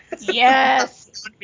Yes